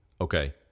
okay